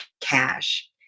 Cash